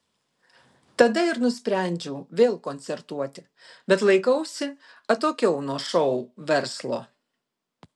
tada ir nusprendžiau vėl koncertuoti bet laikausi atokiau nuo šou verslo